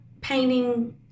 painting